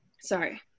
Sorry